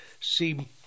see